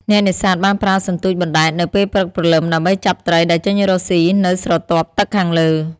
អ្នកនេសាទបានប្រើសន្ទូចបណ្ដែតនៅពេលព្រឹកព្រលឹម ដើម្បីចាប់ត្រីដែលចេញរកស៊ីនៅស្រទាប់ទឹកខាងលើ។